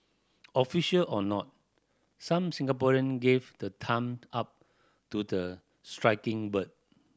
official or not some Singaporean gave the thumb up to the striking bird